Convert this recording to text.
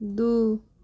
दू